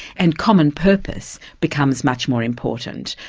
and common purpose becomes much more important.